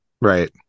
right